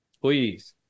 please